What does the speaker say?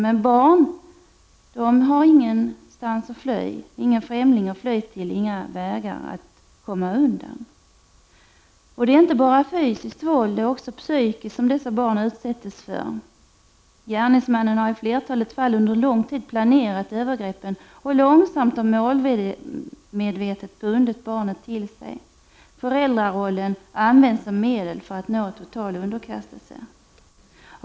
Men barn har ingenstans att fly, ingen främling att söka sig till, inga vägar för att komma undan. Det är inte fråga om bara fysiskt våld, utan dessa barn utsätts också för psykiskt våld. Gärningsmannen har i flertalet fall under lång tid planerat övergreppen och långsamt och målmedvetet bundit barnet till sig. Föräldrarollen används som medel för att nå total underkastelse.